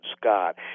Scott